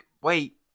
Wait